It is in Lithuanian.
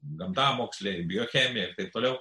gamtamoksliai biochemija ir taip toliau